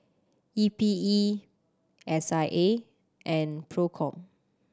E P E S I A and Procom